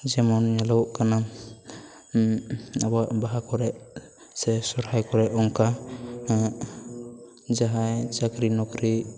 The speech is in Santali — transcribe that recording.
ᱡᱮᱢᱚᱱ ᱧᱮᱞᱚᱜᱚᱜ ᱠᱟᱱᱟ ᱟᱵᱚᱭᱟᱜ ᱵᱟᱦᱟ ᱠᱚᱨᱮ ᱥᱮ ᱥᱚᱦᱚᱨᱟᱭ ᱠᱚᱨᱮ ᱚᱱᱠᱟ ᱡᱟᱦᱟᱸᱭ ᱪᱟᱹᱠᱨᱤ ᱱᱚᱠᱨᱤ